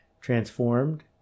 transformed